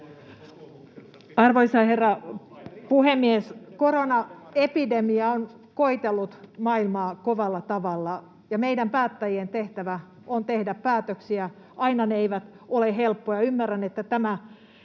Arvoisa herra puhemies! Koronaepidemia on koetellut maailmaa kovalla tavalla, ja meidän päättäjien tehtävä on tehdä päätöksiä. Aina ne eivät ole helppoja.